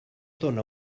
dóna